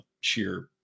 sheer